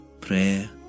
Prayer